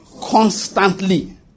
Constantly